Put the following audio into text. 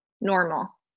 normal